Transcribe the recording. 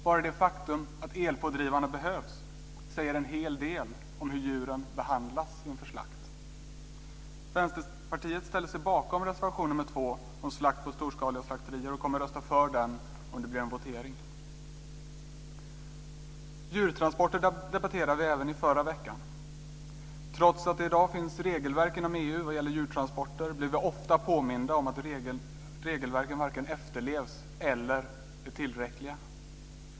Bara det faktum att elpådrivarna behövs säger en hel del om hur djuren behandlas inför slakt. Vänsterpartiet ställer sig bakom reservation 2 om slakt på storskaliga slakterier och kommer att rösta för den om det blir en votering. Djurtransporter debatterade vi även förra veckan. Det finns i dag regelverk inom EU vad gäller djurtransporter, men vi blir ofta påminda om att dessa varken efterlevs eller är tillräckliga.